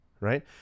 right